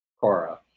Cora